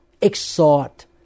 exhort